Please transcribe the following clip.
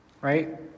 right